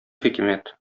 хикмәт